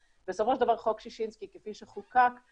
בסופו של דבר חוק ששינסקי כפי שהוא חוקק הוא